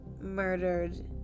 murdered